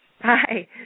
Hi